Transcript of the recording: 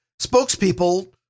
Spokespeople